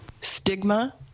stigma